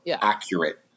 accurate